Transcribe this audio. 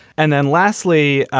and then lastly,